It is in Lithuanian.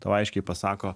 tau aiškiai pasako